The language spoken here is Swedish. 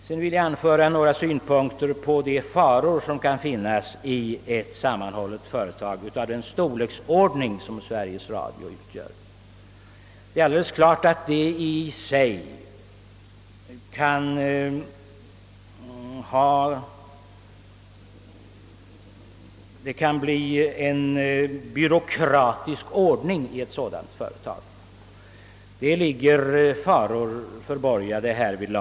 Jag vill också anföra några synpunkter på de faror som kan följa med ett sammanhållet företag av Sveriges Radios storlek. Det är alldeles klart att det kan bli en byråkratisk ordning i ett sådant; det ligger risker förborgade härvidlag.